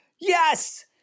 Yes